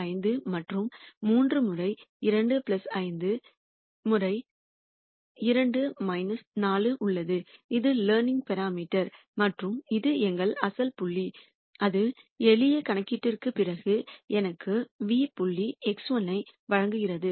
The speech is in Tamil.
5 மற்றும் 3 முறை 2 5 முறை 2 4 உள்ளது இது லேர்னிங் பராமீட்டர் மற்றும் இது எங்கள் அசல் புள்ளி இது எளிய கணக்கீட்டிற்குப் பிறகு எனக்கு ν புள்ளி x1 ஐ வழங்குகிறது